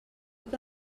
que